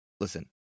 listen